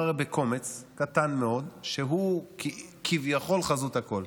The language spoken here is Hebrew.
בקומץ קטן מאוד שהוא כביכול חזות הכול,